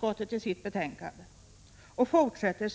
1985/86:126 skottet i sitt betänkande och fortsätter: